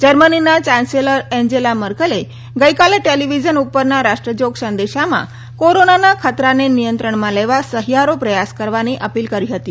જર્મનીના chancellor Angela માર્કેલે ગઈકાલે ટેલિવિઝન ઉપરથી રાષ્ટ્રજોગ સંદેશામાં કોરોનાના ખતરાને નિયંત્રણમાં લેવા સહિયારો પ્રથાસ કરવાની અપીલ કરી હતી